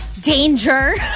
Danger